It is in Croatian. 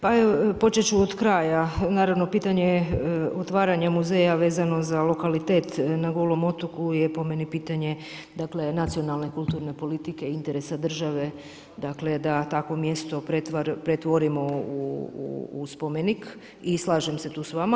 pa počet ću od kraja, naravno pitanje je otvaranje muzeja vezano za lokalitet na Golom otoku je po meni pitanje dakle nacionalne kulturne politike i interesa države, dakle da takvo mjesto pretvorimo u spomenik i slažem se tu s vama.